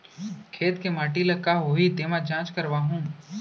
खेत के माटी ल का होही तेमा जाँच करवाहूँ?